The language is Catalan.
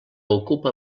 ocupa